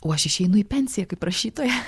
o aš išeinu į pensiją kaip rašytoja